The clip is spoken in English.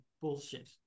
bullshit